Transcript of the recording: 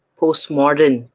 postmodern